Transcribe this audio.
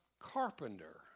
carpenter